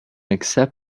accept